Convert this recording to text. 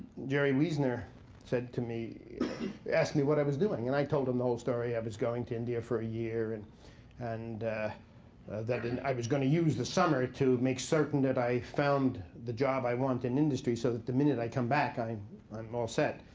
jerry wiesner said to me he asked me what i was doing. and i told him the whole story. i was going to india for a year, and and that and i was going to use the summer to make certain that i found the job i want in industry so that the minute i come back i'm all set.